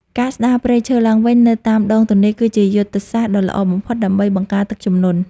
ការស្តារព្រៃឈើឡើងវិញនៅតាមដងទន្លេ គឺជាយុទ្ធសាស្ត្រដ៏ល្អបំផុតដើម្បីបង្ការទឹកជំនន់។